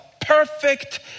perfect